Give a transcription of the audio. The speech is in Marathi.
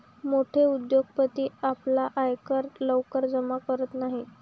मोठे उद्योगपती आपला आयकर लवकर जमा करत नाहीत